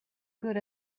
good